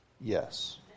Yes